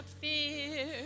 fear